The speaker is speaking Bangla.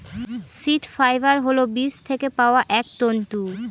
সীড ফাইবার হল বীজ থেকে পাওয়া এক তন্তু